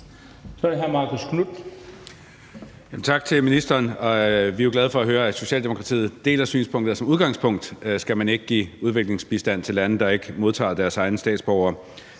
Kl. 10:15 Marcus Knuth (KF): Tak til ministeren. Vi er jo glade for at høre, at Socialdemokratiet deler synspunktet om, at man som udgangspunkt ikke skal give udviklingsbistand til lande, der ikke modtager deres egne statsborgere.